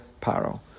Paro